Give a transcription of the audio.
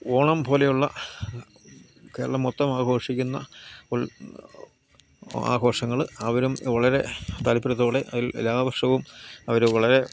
ഓണം പോലെയുള്ള കേരളം മൊത്തം ആഘോഷിക്കുന്ന ആഘോഷങ്ങൾ അവരും വളരെ താല്പര്യത്തോടെ എല്ലാ വർഷവും അവർ വളരെ